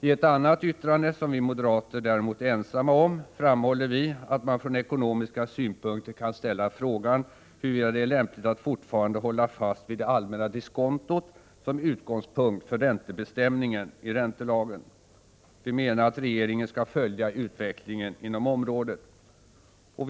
I ett annat yttrande, som vi moderater är ensamma om, framhåller vi att man från ekonomiska synpunkter kan ställa frågan huruvida det är lämpligt att fortfarande hålla fast vid det allmänna diskontot som utgångspunkt för räntebestämningen i räntelagen. Vi menar att regeringen skall följa utveck — Prot. 1986/87:129 lingen inom området.